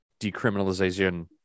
decriminalization